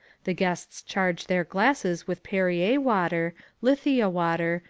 the guests charge their glasses with perrier water, lithia water,